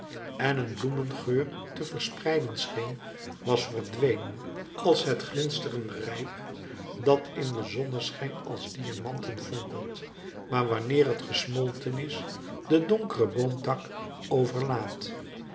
en een bloemengeur te verspreiden scheen was verdwenen als het glinsterende rijp dat in den zonneschijn als diamanten fonkelt maar wanneer t gesmolten is den donkeren boomtak overlaat